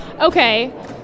Okay